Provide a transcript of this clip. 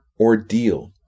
ordeal